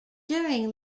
during